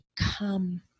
come